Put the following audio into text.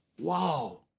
Wow